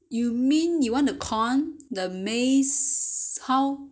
you mean you want to corn the maize how